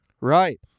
Right